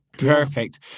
Perfect